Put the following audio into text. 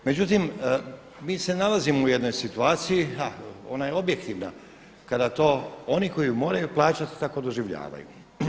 Međutim, mi se nalazimo u jednoj situaciji, ha ona je objektivna kada to oni koji je moraju plaćati tako doživljavaju.